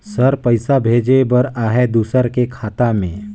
Sir पइसा भेजे बर आहाय दुसर के खाता मे?